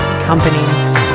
company